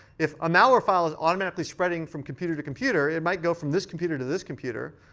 if a malware file is automatically spreading from computer to computer, it might go from this computer to this computer.